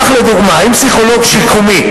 כך, לדוגמה, אם פסיכולוג שיקומי,